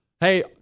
Hey